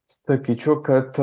sakyčiau kad